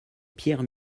pierre